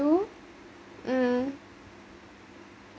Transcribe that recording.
to um